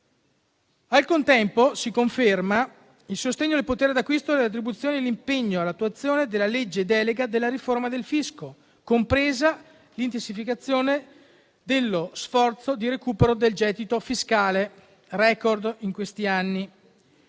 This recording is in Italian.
Al contempo, si confermano il sostegno al potere d'acquisto delle retribuzioni e l'impegno all'attuazione della legge delega della riforma del fisco, compresa l'intensificazione dello sforzo di recupero del gettito fiscale (*record* in questi anni).